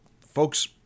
folks